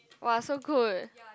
!wah! so good